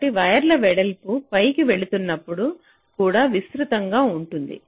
కాబట్టి వైర్ల వెడల్పు పైకి వెళుతున్నప్పుడు కూడా విస్తృతంగా ఉంటుంది